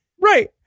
Right